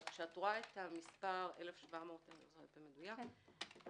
כשאת רואה את המספר 1,795 - זה לא שאנחנו